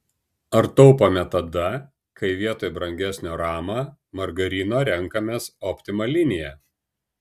ar taupome tada kai vietoj brangesnio rama margarino renkamės optima liniją